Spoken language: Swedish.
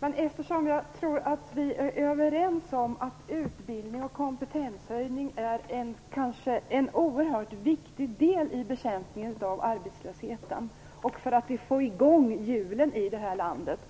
Herr talman! Jag tror att vi är överens om att utbildning och kompetenshöjning är oerhört viktiga i bekämpningen av arbetslösheten och för att få i gång hjulen i det här landet.